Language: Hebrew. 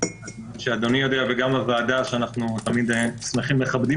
אדוני יודע וגם הוועדה שאנחנו תמיד מכבדים